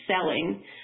selling